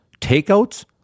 takeouts